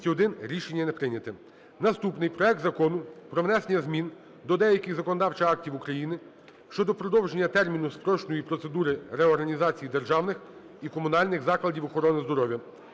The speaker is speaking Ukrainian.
Наступний. Проект Закону про внесення змін до деяких законодавчих актів України щодо продовження терміну спрощеної процедури реорганізації державних і комунальних закладів охорони здоров'я